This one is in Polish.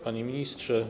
Panie Ministrze!